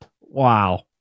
wow